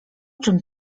czym